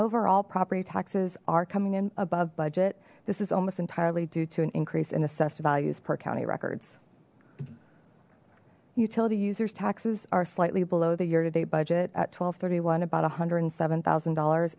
overall property taxes are coming in above budget this is almost entirely due to an increase in assessed values per county records utility users taxes are slightly below the year to date budget at one thousand two hundred and thirty one about a hundred and seven thousand dollars